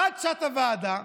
עד שעת הוועדה.